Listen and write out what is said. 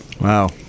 Wow